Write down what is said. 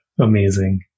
Amazing